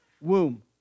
womb